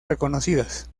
reconocidas